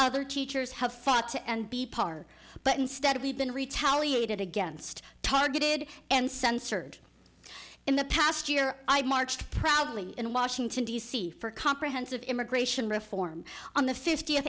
other teachers have fought and be par but instead we've been retaliated against targeted and censored in the past year i marched proudly in washington d c for comprehensive immigration reform on the fiftieth